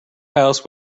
house